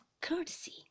courtesy